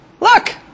Look